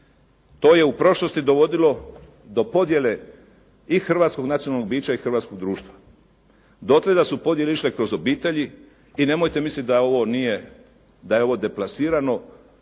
To je u prošlosti dovodilo do podjele i hrvatskog nacionalnog bića i hrvatskog društva, dotle da su podjele išle kroz obitelji i nemojte misliti da ovo nije,